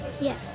Yes